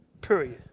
period